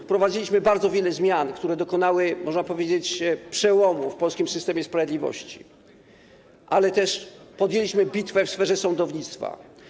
Wprowadziliśmy bardzo wiele zmian, które dokonały, można powiedzieć, przełomu w polskim systemie sprawiedliwości, ale też podjęliśmy bitwę w sferze sądownictwa.